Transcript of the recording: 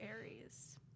Aries